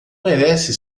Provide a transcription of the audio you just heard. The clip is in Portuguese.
merece